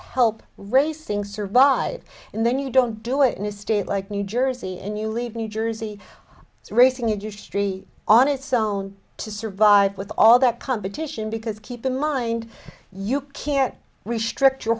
racing survive and then you don't do it in a state like new jersey and you leave new jersey racing industry on its own to survive with all that competition because keep in mind you can't restrict your